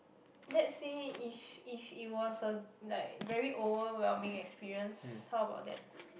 let's say if if it was a like overwhelming experience how about that